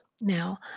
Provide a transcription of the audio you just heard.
now